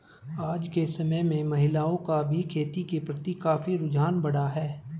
आज के समय में महिलाओं का भी खेती के प्रति काफी रुझान बढ़ा है